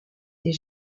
des